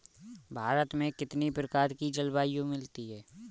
भारत में कितनी प्रकार की जलवायु मिलती है?